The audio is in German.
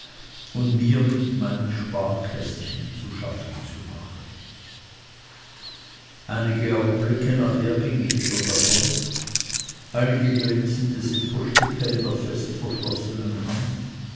und mir mit meinem sparkästen zu schaffen zu machen einige augenblicke nachher ging ich wieder davon einige glänzende silberstücke in der festverschlossenen hand